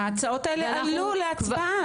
וההצעות האלה עלו להצבעה.